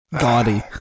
gaudy